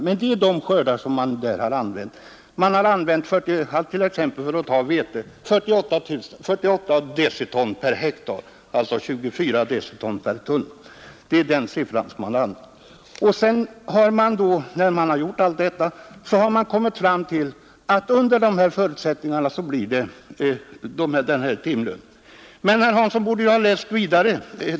Men dessa siffror har man använt här, t.ex. vete 48 deciton per hektar, alltså 24 deciton per tunnland. Man har kommit fram till att under dessa förutsättningar blir timlönen den nämnda. Men herr Hansson borde ha läst vidare.